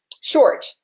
Short